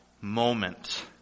moment